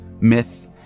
myth